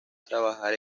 trabajar